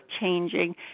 changing